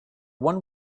one